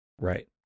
Right